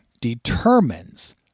determines